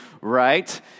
right